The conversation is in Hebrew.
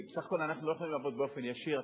כי בסך הכול אנחנו לא יכולים לעבוד באופן ישיר,